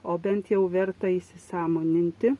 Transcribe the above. o bent jau verta įsisąmoninti